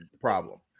problem